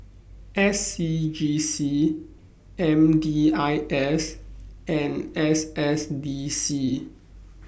S C G C M D I S and S S D C